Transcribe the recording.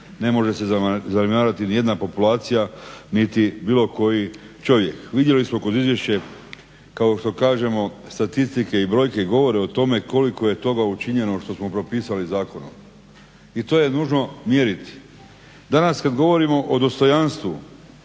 Ne može se zanemariti nijedna populacija niti bilo koji čovjek. Vidjeli smo kod izvješća kao što kažemo statistike i brojke govore o tome koliko je toga učinjeno što smo propisali zakonom. I to je nužno mjeriti. Danas kada govorimo o dostojanstvu